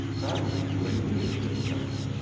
that'll be doing me a good turn.